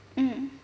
mm